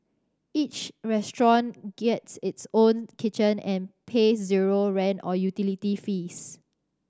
each restaurant gets its own kitchen and pays zero rent or utility fees